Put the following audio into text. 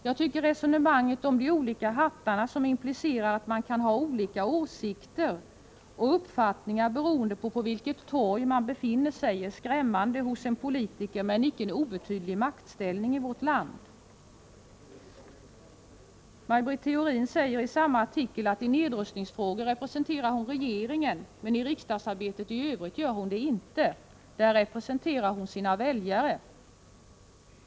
Jag tycker att resonemanget om de olika hattarna, som implicerar att man kan ha olika åsikter och uppfattningar beroende på vilket torg man befinner sig på, är skrämmande, speciellt när det förs fram av en politiker med en icke obetydlig maktställning i vårt land. Maj Britt Theorin säger i samma artikel att hon i nedrustningsfrågor representerar regeringen, medan hon i riksdagsarbetet i övrigt inte gör det. Där representerar hon sina väljare.